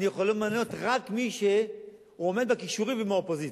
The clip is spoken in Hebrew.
אני יכול למנות רק מי שעומד בכישורים והוא מהאופוזיציה.